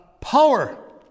power